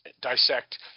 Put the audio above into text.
dissect